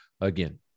again